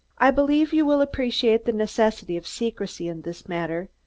i believe you will appreciate the necessity of secrecy in this matter,